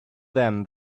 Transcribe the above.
them